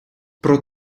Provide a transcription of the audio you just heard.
про